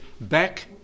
back